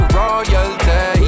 royalty